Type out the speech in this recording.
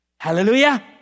Hallelujah